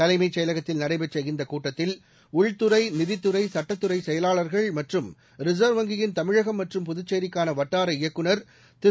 தலைமைச் செயலகத்தில் நடைபெற்ற இந்தக் கூட்டத்தில் உள்துறை நிதித்துறை சட்டத்துறை செயலாளர்கள் மற்றும் ரிசர்வ் வங்கியின் தமிழகம் மற்றும் புதுச்சேரிக்கான வட்டார இயக்குனர் திரு